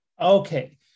Okay